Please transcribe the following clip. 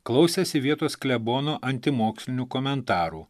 klausėsi vietos klebono antimokslinių komentarų